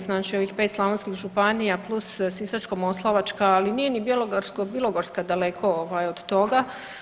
Znači ovih pet slavonskih županija plus Sisačko-moslavačka, ali nije ni Bjelovarsko-bilogorska daleko od toga.